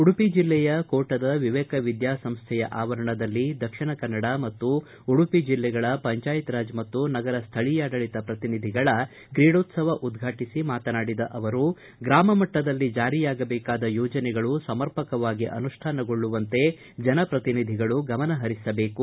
ಉಡುಪಿ ಜಿಲ್ಲೆಯ ಕೋಟದ ವಿವೇಕ ವಿದ್ಯಾ ಸಂಸ್ಥೆಯ ಆವರಣದಲ್ಲಿ ದಕ್ಷಿಣ ಕನ್ನಡ ಮತ್ತು ಉಡುಪಿ ಬೆಲ್ಲೆಗಳ ಪಂಚಾಯತ್ ರಾಜ್ ಮತ್ತು ನಗರ ಸ್ಠಳೀಯಾಡಳಿತ ಪ್ರತಿನಿಧಿಗಳ ಕ್ರೀಡೋತ್ಸವ ಉದ್ಘಾಟಿಸಿ ಮಾತನಾಡಿದ ಅವರು ಗ್ರಾಮ ಮಟ್ಟದಲ್ಲಿ ಜಾರಿಯಾಗಬೇಕಾದ ಯೋಜನೆಗಳು ಸಮರ್ಪಕವಾಗಿ ಅನುಷ್ಠಾನ ಗೊಳ್ಳುವಂತೆ ಜನಪ್ರತಿನಿಧಿಗಳು ಗಮನ ಪರಿಸ ಬೇಕು